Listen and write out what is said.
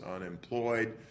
unemployed